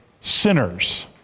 sinners